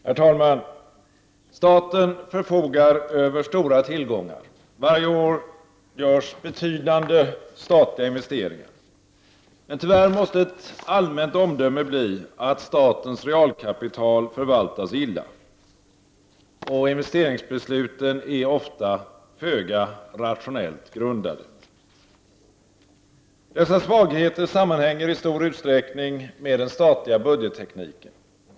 Herr talman! Staten förfogar över stora tillgångar. Varje år görs betydande statliga investeringar. Tyvärr måste ett allmänt omdöme bli att statens realkapital förvaltas illa. Investeringsbesluten är ofta föga rationellt grundade. Dessa svagheter sammanhänger i stor utsträckning med den statliga budgettekniken.